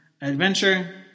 Adventure